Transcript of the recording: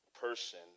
person